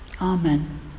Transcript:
Amen